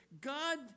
God